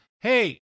Hey